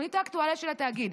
בתוכנית האקטואליה של התאגיד,